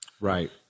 Right